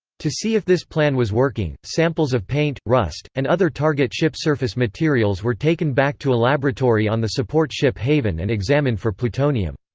to see if this plan was working, samples of paint, rust, and other target ship surface materials were taken back to a laboratory on the support ship haven and examined for plutonium.